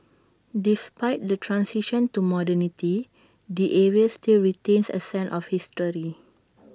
despite the transition to modernity the area still retains A sense of history